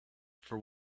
for